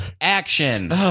Action